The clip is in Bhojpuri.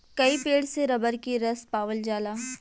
कई पेड़ से रबर के रस पावल जाला